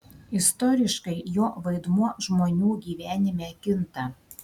istoriškai jo vaidmuo žmonių gyvenime kinta